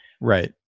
Right